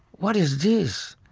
what is this?